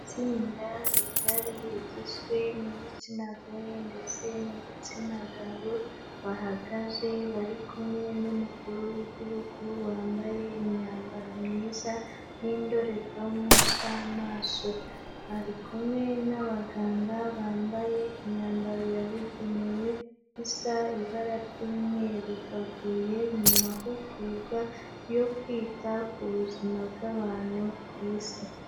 Itsinda rigari rigizwe n'igitsina gore ndetse n'igitsina gabo bahagaze bari kumwe n'umukuru w'igihugu wambaye imyambaro myiza n'indorerwamo z'amaso. Bari kumwe n'abaganga bambaye imyambaro yabugenewe isa ibara ry'umweru, bavuye mu mahugurwa yo kwita ku buzima bw'bantu ku Isi.